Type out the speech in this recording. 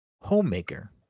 Homemaker